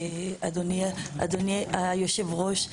אדוני היושב-ראש,